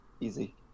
Easy